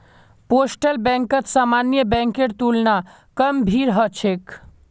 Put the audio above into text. postal बैंकत सामान्य बैंकेर तुलना कम भीड़ ह छेक